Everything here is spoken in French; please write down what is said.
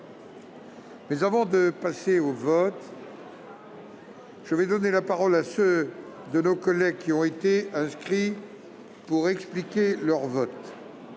Avant de passer au vote, je vais donner la parole à ceux de nos collègues qui ont été inscrits pour expliquer leur vote.